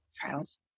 trials